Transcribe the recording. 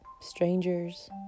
strangers